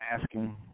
asking